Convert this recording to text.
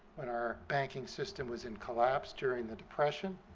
when our banking system was in collapse during the depression.